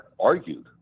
argued